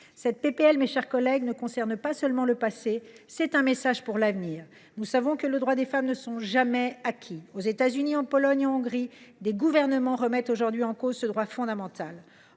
de loi, mes chers collègues, ne concerne pas seulement le passé. C’est un message pour l’avenir. Nous savons que les droits des femmes ne sont jamais acquis. Aux États Unis, en Pologne, en Hongrie, des gouvernements remettent en cause ce droit fondamental.